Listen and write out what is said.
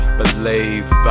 believe